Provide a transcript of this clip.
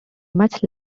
much